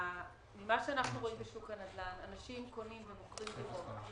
ממה שאנחנו רואים בשוק הנדל"ן אנשים קונים ומוכרים דירות.